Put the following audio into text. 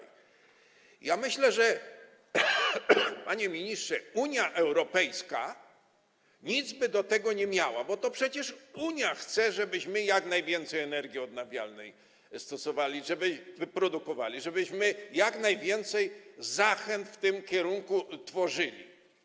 Ja myślę, panie ministrze, że Unia Europejska nic by do tego nie miała, bo to przecież Unia chce, żebyśmy jak najwięcej energii odnawialnej stosowali, wyprodukowali, żebyśmy jak najwięcej zachęt w tym kierunku tworzyli.